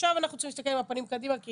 עכשיו אנחנו צריכים להסתכל עם הפנים קדימה, כי